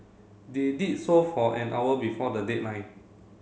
they did so for an hour before the deadline